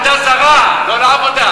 אני לא יודע למה,